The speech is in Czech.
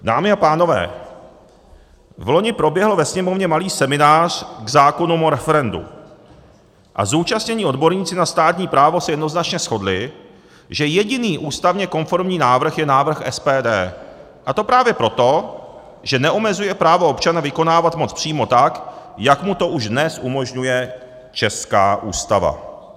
Dámy a pánové, vloni proběhl ve Sněmovně malý seminář k zákonům o referendu a zúčastnění odborníci na státní právo se jednoznačně shodli, že jediný ústavně konformní návrh je návrh SPD, a to právě proto, že neomezuje právo občana vykonávat moc přímo, tak jak mu to už dnes umožňuje česká Ústava.